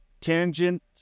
tangent